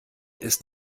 ist